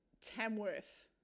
Tamworth